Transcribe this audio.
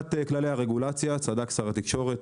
מבחינת כללי הרגולציה, צדק שר התקשורת